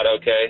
okay